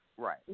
Right